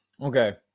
okay